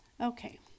Okay